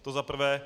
To za prvé.